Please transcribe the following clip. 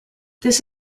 this